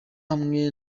hamwe